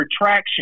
retraction